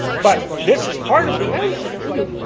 but this is part of the answer. it's like,